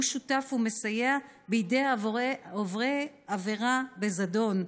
שותף ומסייע בידי עוברי עבירה בזדון".